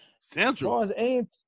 Central